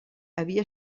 havia